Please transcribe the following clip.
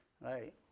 Right